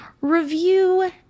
review